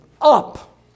up